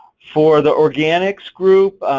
for the organics group,